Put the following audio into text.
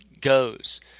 goes